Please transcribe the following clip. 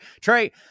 Trey